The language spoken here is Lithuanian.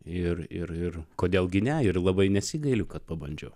ir ir ir kodėl gi ne ir labai nesigailiu kad pabandžiau